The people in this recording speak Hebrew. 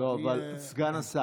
לא, אבל סגן השר.